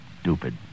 stupid